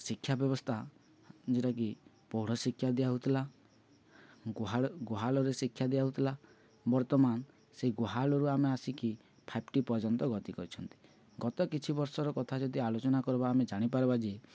ଶିକ୍ଷା ବ୍ୟବସ୍ଥା ଯେଉଁଟାକି ପୌଢ଼ ଶିକ୍ଷା ଦିଆ ହଉଥିଲା ଗୁହାଳରେ ଶିକ୍ଷା ଦିଆ ହଉଥିଲା ବର୍ତ୍ତମାନ ସେଇ ଗୁହାଳରୁ ଆମେ ଆସିକି ଫାଇବ୍ ଟି ପର୍ଯ୍ୟନ୍ତ ଗତି କରିଛନ୍ତି ଗତ କିଛି ବର୍ଷର କଥା ଯଦି ଆଲୋଚନା କରିବା ଆମେ ଜାଣିପାରିବା ଯେ